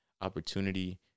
opportunity